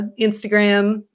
Instagram